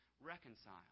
reconcile